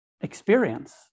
experience